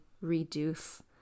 reduce